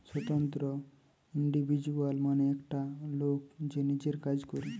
স্বতন্ত্র ইন্ডিভিজুয়াল মানে একটা লোক যে নিজের কাজ করে